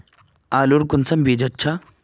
आलूर कुंसम बीज अच्छा?